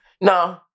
No